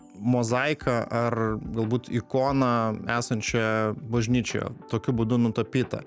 mozaiką ar galbūt ikoną esančią bažnyčioje tokiu būdu nutapyta